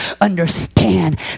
understand